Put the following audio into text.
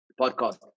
podcast